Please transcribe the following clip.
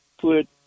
put